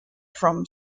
from